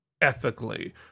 ethically